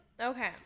okay